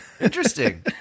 Interesting